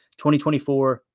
2024